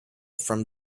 from